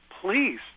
please